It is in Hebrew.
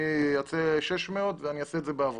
הוא ייצא 600 והוא יעשה את זה בהברחה.